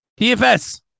TFS